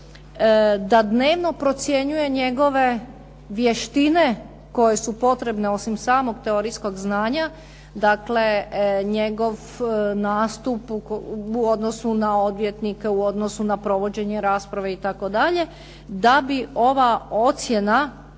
da dnevno procjenjuje njegove vještine koje su potrebne osim samog teorijskog znanja, dakle njegov nastup u odnosu na odvjetnike, u odnosu na provođenje rasprave itd., da bi ova ocjena